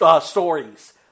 stories